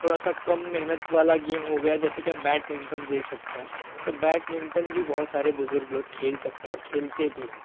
थोड़ा सा कम मेहनत वाला गेम हो गया जैसे कि आप बैडमिंटन देख सकते हैं तो बैडमिंटन भी बहुत सारे बुजुर्ग खेल सकते हैं और खेलते भी हैं